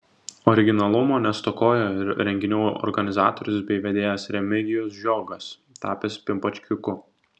originalumo nestokojo ir renginių organizatorius bei vedėjas remigijus žiogas tapęs pimpačkiuku